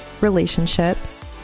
relationships